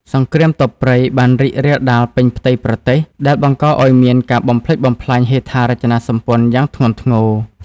សង្គ្រាមទ័ពព្រៃបានរីករាលដាលពេញផ្ទៃប្រទេស ដែលបង្កឱ្យមានការបំផ្លិចបំផ្លាញហេដ្ឋារចនាសម្ព័ន្ធយ៉ាងធ្ងន់ធ្ងរ។